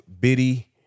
Biddy